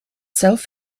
self